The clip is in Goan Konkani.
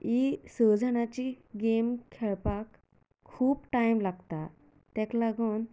ही स जाणाची गेम खेळपाक खूब टायम लागता ताका लागून